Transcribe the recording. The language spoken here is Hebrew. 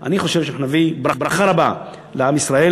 אני חושב, שאנחנו נביא ברכה רבה לעם ישראל